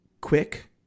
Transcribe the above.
quick